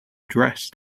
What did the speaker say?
dressed